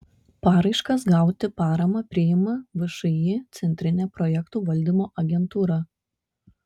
paraiškas gauti paramą priima všį centrinė projektų valdymo agentūra